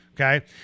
okay